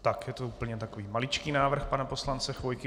Tak je to úplně takový maličký návrh pana poslance Chvojky.